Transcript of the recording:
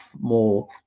more